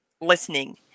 listening